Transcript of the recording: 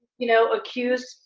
you know accused,